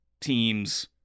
team's